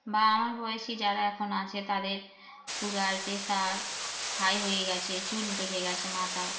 বা আমার বয়সী যারা এখন আছে তাদের সুগার প্রেশার হাই হয়ে গেছে চুল পেকে গেছে মাথার